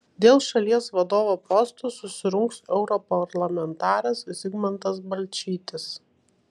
dėl šalies vadovo posto susirungs europarlamentaras zigmantas balčytis